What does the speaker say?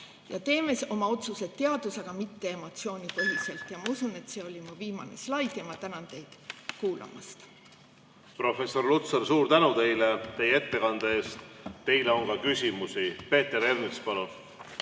Ja teeme oma otsused teaduse, mitte emotsioonide alusel! See oli mu viimane slaid. Ma tänan teid kuulamast! Professor Lutsar, suur tänu teile teie ettekande eest! Teile on ka küsimusi. Peeter Ernits, palun!